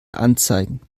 anzeigen